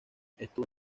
estuvo